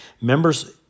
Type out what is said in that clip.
Members